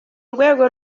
rwego